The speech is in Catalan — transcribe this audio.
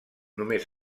només